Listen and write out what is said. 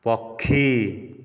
ପକ୍ଷୀ